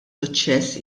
suċċess